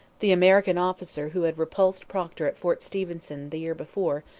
the american officer who had repulsed procter at fort stephenson the year before,